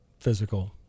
physical